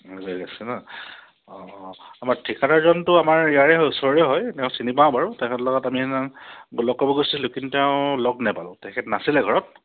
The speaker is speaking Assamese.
আছে ন অঁ অঁ আমাৰ ঠিকাদাৰজনটো আমাৰ ইয়াৰে ওচৰৰে হয় তেওঁক চিনি পাওঁ বাৰু তেখেতৰ লগত আমি সেইদিনাখন লগ কৰিব গৈছিলোঁ কিন্তু তেওঁক লগ নাপালোঁ তেখেত নাছিলে ঘৰত